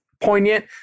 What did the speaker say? poignant